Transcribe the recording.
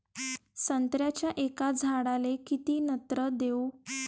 संत्र्याच्या एका झाडाले किती नत्र देऊ?